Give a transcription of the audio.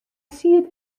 siet